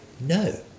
No